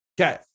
Okay